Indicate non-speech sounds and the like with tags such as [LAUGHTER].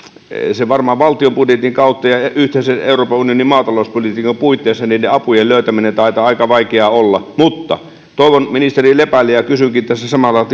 varmaan valtion budjetin kautta ja ja yhteisen euroopan unionin maatalouspolitiikan puitteissa niiden apujen löytäminen taitaa aika vaikeaa olla mutta kysynkin ministeri lepältä tässä samalla [UNINTELLIGIBLE]